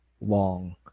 long